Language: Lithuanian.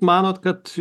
manot kad